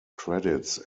credits